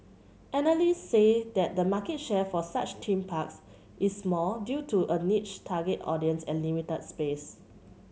analysts say the market share for such theme parks is small due to a niche target audience and limited space